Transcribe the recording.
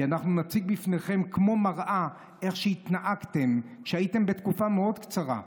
כי אנחנו נציג בפניכם כמו מראה איך התנהגתם כשהייתם לתקופה מאוד קצרה,